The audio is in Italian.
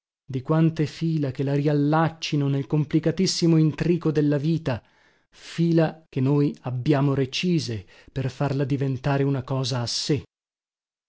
di quante fila che la riallaccino nel complicatissimo intrico della vita fila che noi abbiamo recise per farla diventare una cosa a sé